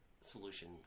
solution